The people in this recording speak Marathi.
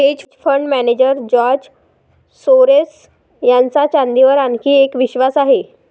hedge fund manager George Soros यांचा चांदीवर आणखी एक विश्वास आहे